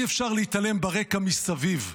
אי-אפשר להתעלם מהרקע מסביב.